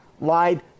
lied